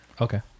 Okay